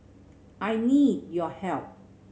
I need your help